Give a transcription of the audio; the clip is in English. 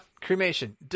Cremation